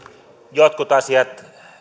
jotkut asiat